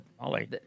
Molly